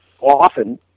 often